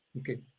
Okay